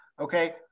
Okay